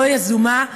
לא יזומה,